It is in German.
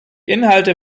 inhalte